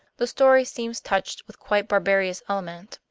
the story seems touched with quite barbarous elements,